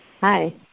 Hi